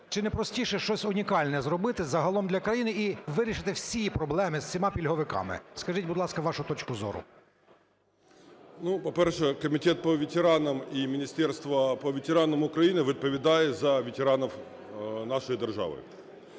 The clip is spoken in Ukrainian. чи не простіше щось унікальне зробити загалом для країни і вирішити всі проблеми з всіма пільговиками? Скажіть, будь ласка, вашу точку зору? 16:09:58 ТРЕТЬЯКОВ О.Ю. По-перше, Комитет по ветеранам и Министерство по ветеранам Украины відповідає за ветеранів нашої держави.